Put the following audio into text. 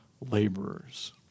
laborers